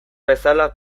bezala